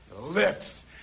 lips